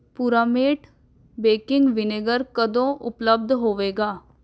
Puramate baking vinegar ਕਦੋਂ ਉਪਲਬਧ ਹੋਵੇਗਾ